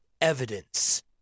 evidence